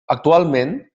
actualment